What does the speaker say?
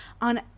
on